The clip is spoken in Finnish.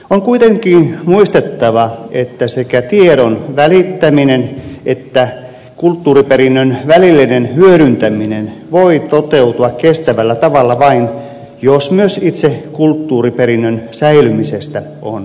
on kuitenkin muistettava että sekä tiedon välittäminen että kulttuuriperinnön välillinen hyödyntäminen voi toteutua kestävällä tavalla vain jos myös itse kulttuuriperinnön säilymisestä on huolehdittu